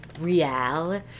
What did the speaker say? Real